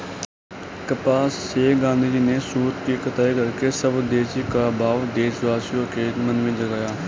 कपास से गाँधीजी ने सूत की कताई करके स्वदेशी का भाव देशवासियों के मन में जगाया